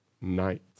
night